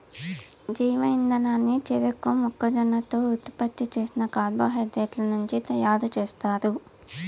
జీవ ఇంధనాన్ని చెరకు, మొక్కజొన్నతో ఉత్పత్తి చేసిన కార్బోహైడ్రేట్ల నుంచి తయారుచేస్తారు